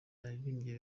aririmbye